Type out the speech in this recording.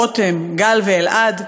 רותם, גל ואלעד.